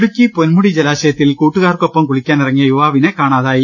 ഇടുക്കി പൊൻമുടി ജലാശയത്തിൽ കൂട്ടുകാർക്കൊപ്പം കുളിക്കാനി റങ്ങിയ യുവാവിനെ കാണാതായി